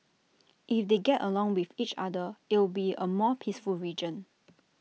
if they get along with each other it'll be A more peaceful region